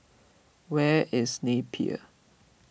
where is Napier